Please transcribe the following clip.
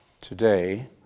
today